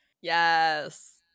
Yes